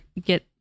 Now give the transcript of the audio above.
get